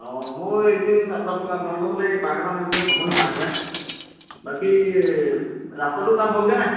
অ' মই এইকেইদিন আপোনাৰ ফালে আপোনালোকৰ ফালে পাক এটা মাৰিবলৈ সময় হোৱা নাই পাই বাকী ৰাস্তাটো কাম হ'লগৈ নাই